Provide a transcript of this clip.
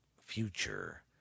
future